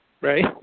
right